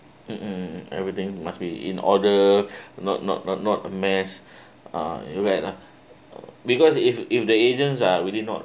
mmhmm everything must be in order not not not not mess uh you bad lah because if if the agents are really not